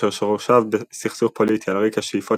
אשר שורשיו בסכסוך פוליטי על רקע שאיפות